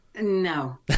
No